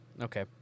Okay